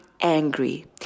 angry